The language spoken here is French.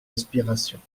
aspirations